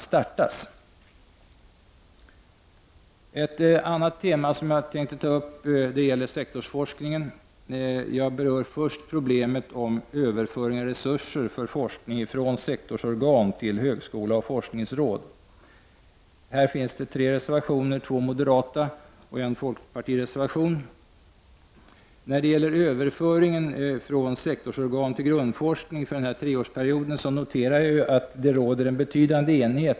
Så till ett annat tema. Det gäller då sektorsforskningen, Först något om problemet med överföring av resurser för forskning från sektorsorgan till högskola och forskningsråd. Här finns det tre reservationer — två moderata reservationer och en folkpartireservation. När det gäller överföringen från sektorsorgan till grundforskning för den här treårsperioden råder det en betydande enighet.